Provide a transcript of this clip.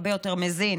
הרבה יותר מזין.